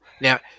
Now